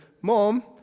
Mom